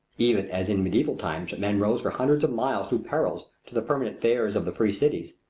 even as in mediaeval times men rode for hundreds of miles through perils to the permanent fairs of the free cities,